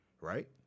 right